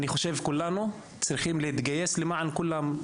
אני חושב שכולנו צריכים להתגייס למען כולם,